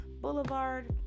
Boulevard